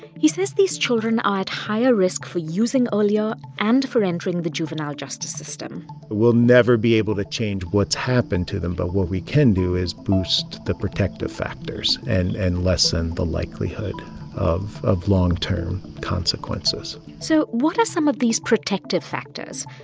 he says these children are at higher risk for using earlier and for entering the juvenile justice system we'll never be able to change what's happened to them, but what we can do is boost the protective factors and and lessen the likelihood of of long-term consequences so what are some of these protective factors?